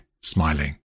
smiling